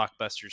blockbusters